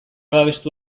babestu